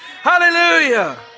Hallelujah